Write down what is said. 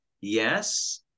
yes